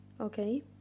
Okay